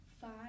five